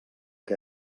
que